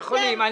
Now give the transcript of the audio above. אתם יכולים.